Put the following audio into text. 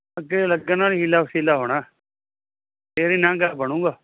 ਅੱਗੇ ਲੱਗਣ ਨਾਲ ਹੀਲਾ ਵਸੀਲਾ ਹੋਣਾ ਫਿਰ ਹੀ ਲਾਂਘਾ ਬਣੂੰਗਾ